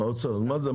מה זה?